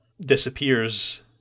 disappears